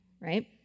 right